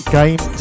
game